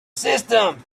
system